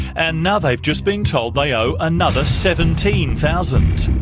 and now they've just been told they owe another seventeen thousand